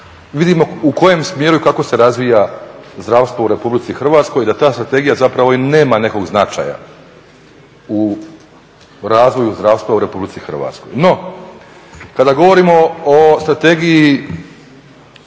u kojem smjeru i kako se razvija zdravstvo u Republici Hrvatskoj i da ta Strategija zapravo i nema nekog značaja u razvoju zdravstva u Republici Hrvatskoj. No kada govorimo o Strategiji